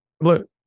Look